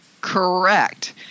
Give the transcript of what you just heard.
Correct